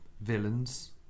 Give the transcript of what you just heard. villains